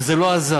וזה לא עזר,